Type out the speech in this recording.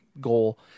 goal